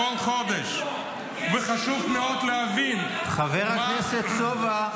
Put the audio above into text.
כל חודש ------ חבר הכנסת סובה,